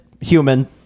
human